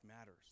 matters